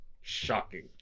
Shocking